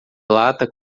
lata